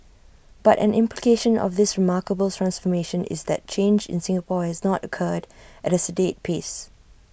but an implication of this remarkable transformation is that change in Singapore has not occurred at A sedate pace